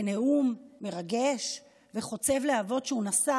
בנאום מרגש וחוצב להבות שהוא נשא